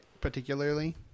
particularly